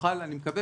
אני מקווה